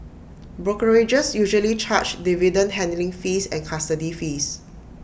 brokerages usually charge dividend handling fees and custody fees